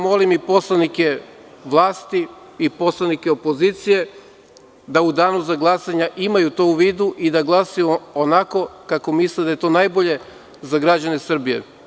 Molim i poslanike vlasti i poslanike opozicije da u danu za glasanje imaju to u vidu i da glasaju onako kako misle da je to najbolje za građane Srbije.